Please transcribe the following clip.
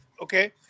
okay